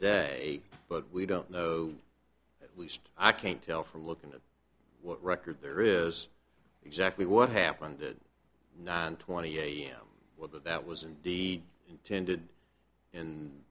day but we don't know at least i can't tell from looking at what record there is exactly what happened nine twenty am whether that was indeed intended in